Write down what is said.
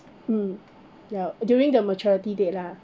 mm ya during the maturity date lah